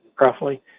roughly